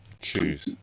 Choose